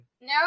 No